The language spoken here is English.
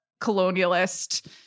colonialist